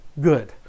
good